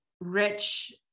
rich